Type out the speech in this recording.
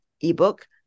ebook